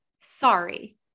sorry